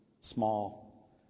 small